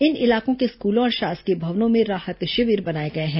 इन इलाकों के स्कूलों और शासकीय भवनों में राहत शिविर बनाए गए हैं